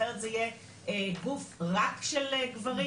אחרת זה יהיה גוף רק של גברים.